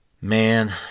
man